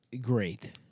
great